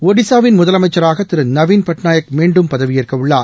ஒடிஸாவின் முதலமைச்சராக திரு நவின் பட்நாயக் மீண்டும் பதவியேற்க உள்ளார்